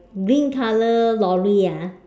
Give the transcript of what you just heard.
green color lorry ah